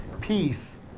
peace